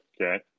Okay